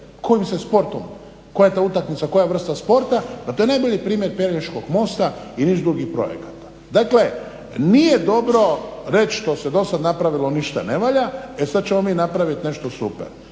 kojim se sportom, koja je to utakmica, koja vrsta sporta. Pa to je najbolji primjer Pelješkog mosta i niz drugih projekata. Dakle, nije dobro reći što se do sad napravilo ništa ne valja, e sad ćemo mi napraviti nešto super.